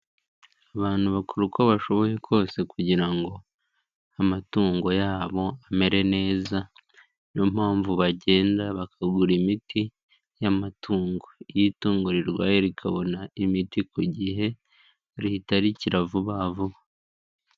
Abantu bakora uko bashoboye kose kugira ngo amatungo yabo amere neza, niyo mpamvu bagenda bakagura imiti y'amatungo. Iyo itungo rirwaye rikabona imiti ku gihe rihita rikira vuba vuba.